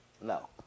No